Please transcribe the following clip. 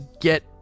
get